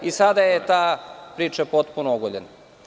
I sada je ta priča potpuno ogoljena.